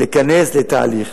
ולהיכנס לתהליך.